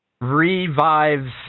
revives